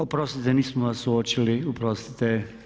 Oprostite nismo vas uočili, oprostite.